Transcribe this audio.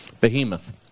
Behemoth